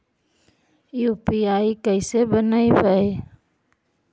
UPI कैसे बनइबै?